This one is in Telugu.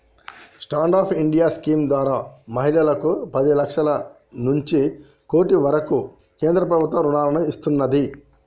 స్టాండ్ అప్ ఇండియా స్కీమ్ ద్వారా మహిళలకు పది లక్షల నుంచి కోటి వరకు కేంద్ర ప్రభుత్వం రుణాలను ఇస్తున్నాది